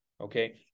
Okay